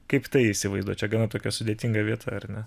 kaip tai įsivaizduoti čia gana tokia sudėtinga vieta ar ne